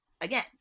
again